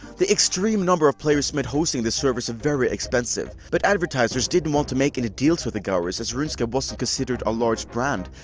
the extreme number of players made hosting the servers very expensive, but advertisers didn't want to make and deals with the gowers as runescape wasn't considered a large brand,